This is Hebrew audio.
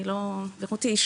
רותי היא